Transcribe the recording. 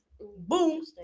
Boom